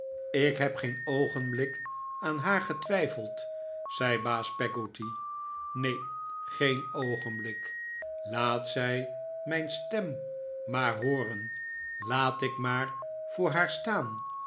ik heb geen oogenblik aan haar getwijfeld zei baas peggotty neen geen oogenblik laat zij mijn stem maar hooren laat ik maar voor haar staan